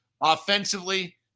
offensively